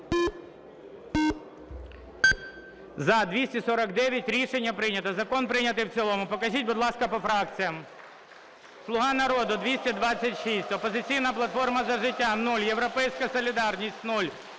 За-249 Рішення прийнято, закон прийнятий в цілому. Покажіть, будь ласка, по фракціях. "Слуга народу" – 226, "Опозиційна платформа - За життя" – 0, "Європейська солідарність"